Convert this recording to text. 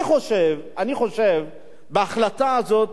אני חושב שבהחלטה הזאת